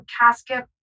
casket